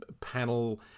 panel